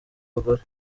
bagore